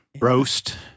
Roast